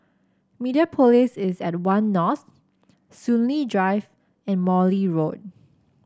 Mediapolis is at One North Soon Lee Drive and Morley Road